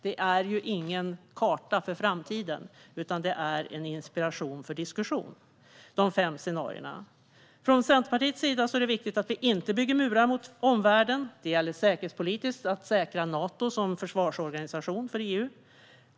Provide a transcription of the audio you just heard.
Det är ingen karta för framtiden, utan de fem scenarierna är inspiration för diskussion. För Centerpartiet är det viktigt att vi inte bygger murar mot omvärlden. Säkerhetspolitiskt gäller det att säkra Nato som försvarsorganisation för EU.